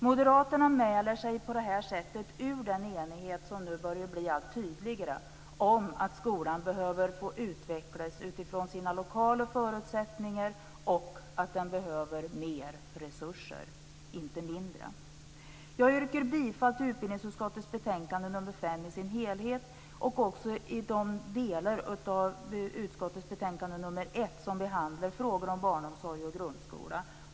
Moderaterna mäler sig ur den enighet som nu blir allt tydligare om att skolan behöver få utvecklas utifrån sina lokala förutsättningar och att den behöver mer resurser, inte mindre. Jag yrkar bifall till hemställan i utbildningsutskottets betänkande nr 5 i dess helhet och till de delar av hemställan i utskottets betänkande nr 1 som behandlar frågor om barnomsorg och grundskola.